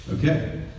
Okay